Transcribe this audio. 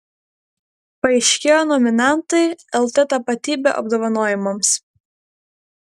paaiškėjo nominantai lt tapatybė apdovanojimams